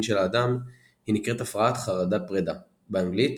של האדם - היא נקראת הפרעת חרדת פרידה באנגלית